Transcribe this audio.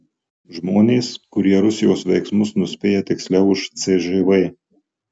žmonės kurie rusijos veiksmus nuspėja tiksliau už cžv